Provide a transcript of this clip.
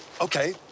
Okay